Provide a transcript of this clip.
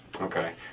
Okay